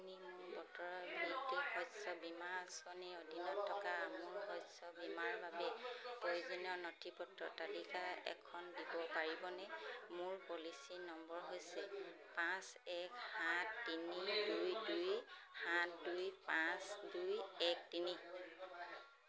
আপুনি মোক বতৰ ভিত্তিক শস্য বীমা আঁচনিৰ অধীনত থকা মোৰ শস্য বীমাৰ বাবে প্ৰয়োজনীয় নথিপত্ৰৰ তালিকা এখন দিব পাৰিবনে মোৰ পলিচী নম্বৰ হৈছে পাঁচ এক সাত তিনি দুই দুই সাত দুই পাঁচ দুই এক তিনি